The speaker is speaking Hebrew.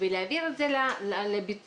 להעביר אותו לביצוע